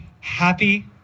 happy